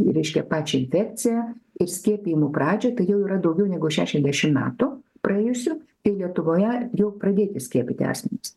reiškia pačią infekciją ir skiepijimų pradžią tai jau yra daugiau negu šešiasdešimt metų praėjusių kai lietuvoje jau pradėti skiepyti asmenys